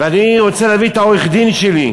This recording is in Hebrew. ואני רוצה להביא את העורך-דין שלי,